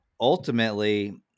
ultimately